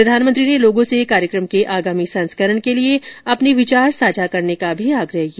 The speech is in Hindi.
प्रधानमंत्री ने लोगों से कार्यक्रम के आगामी संस्करण के लिए अपने विचार साझा करने का भी आग्रह किया